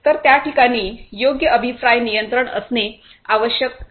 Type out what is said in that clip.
तर त्या ठिकाणी योग्य अभिप्राय नियंत्रण असणे आवश्यक आहे